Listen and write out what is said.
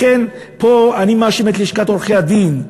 לכן פה אני מאשים את לשכת עורכי-הדין.